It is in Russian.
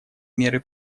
меры